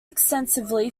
extensively